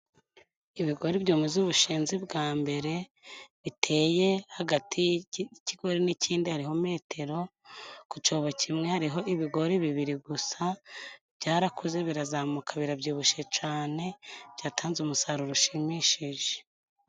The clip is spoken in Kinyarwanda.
Ibigori byamaze ubushenzi bwa mbere biteye hagati y'ikigori n'ikindi hari metero, ku cobo kimwe hariho ibigori bibiri gusa, byarakuze birazamuka birabyibushye cane, byatanze umusaruro ushimishije.